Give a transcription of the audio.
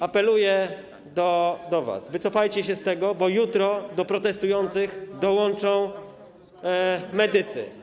Apeluję do was: Wycofajcie się z tego, bo jutro do protestujących dołączą medycy.